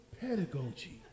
pedagogy